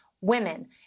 women